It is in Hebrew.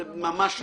זה ממש לא.